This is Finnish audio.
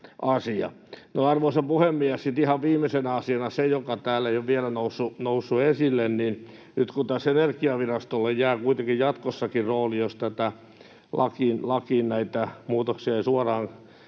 Arvoisa puhemies! Sitten ihan viimeisenä asiana se, joka täällä ei ole vielä noussut esille: Nyt kun tässä Energiavirastolle jää kuitenkin jatkossakin rooli, jos lakiin näitä muutoksia ei suoraan